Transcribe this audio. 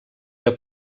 era